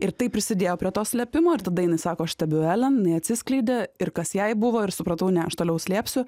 ir tai prisidėjo prie to slėpimo ir tada jinai sako aš stebiu elen jinai atsiskleidė ir kas jai buvo ir supratau ne aš toliau slėpsiu